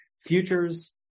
futures